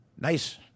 Nice